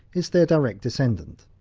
is their direct descendant.